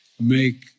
make